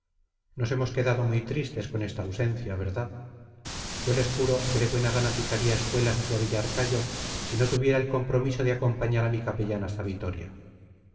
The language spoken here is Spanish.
nos hemos quedado muy tristes con esta ausencia verdad yo les juro que de buena gana picaría espuelas hacia villarcayo si no tuviera el compromiso de acompañar a mi capellán